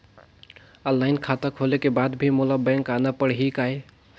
Online खाता खोले के बाद भी मोला बैंक आना पड़ही काय?